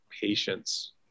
patience